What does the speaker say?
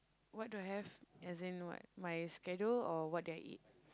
what do I have as in what my schedule or what do I eat